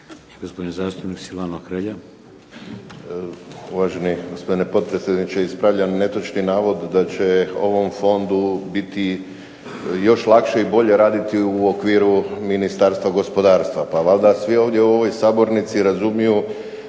Hrelja. **Hrelja, Silvano (HSU)** Uvaženi gospodine potpredsjedniče ispravljam netočan navod da će ovom fondu biti još lakše i bolje raditi u okviru Ministarstva gospodarstva. Pa valjda svi u ovoj sabornici razumiju